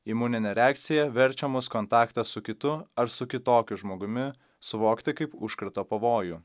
imuninė reakcija verčia mus kontaktą su kitu ar su kitokiu žmogumi suvokti kaip užkrato pavojų